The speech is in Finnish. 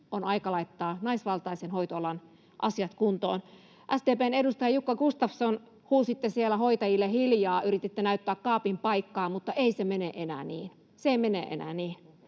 on aika laittaa naisvaltaisen hoitoalan asiat kuntoon. SDP:n edustaja Jukka Gustafsson, huusitte siellä hoitajille ”hiljaa” ja yrititte näyttää kaapin paikkaa, mutta ei se mene enää niin. Se ei mene enää niin.